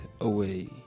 away